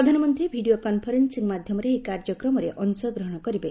ପ୍ରଧାନମନ୍ତ୍ରୀ video conferencing ମାଧ୍ୟମରେ ଏହି କାର୍ଯ୍ୟକ୍ରମରେ ଅଂଶଗ୍ରହଣ କରିବେ